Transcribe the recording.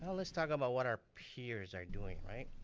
ah let's talk about what our peers are doing.